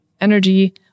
energy